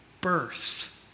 birth